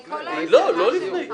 יואב, בכל ההצגה שלך --- לא, לפני --- לא,